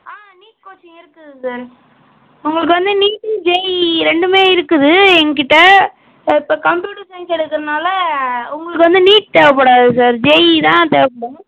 ஆ NEET coaching இருக்குது sir உங்களுக்கு வந்து நீட்டு ஜேஇஇ ரெண்டுமே இருக்குது எங்கிட்ட இப்போ கம்ப்யூட்டர் சயின்ஸ் எடுக்கறனால உங்களுக்கு வந்து நீட் தேவைப்படாது சார் ஜேஇஇ தான் தேவைப்படும்